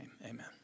amen